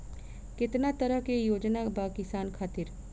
केतना तरह के योजना बा किसान खातिर?